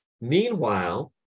Meanwhile